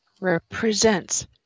represents